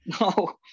No